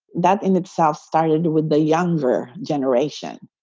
that in itself started with the younger generation.